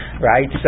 right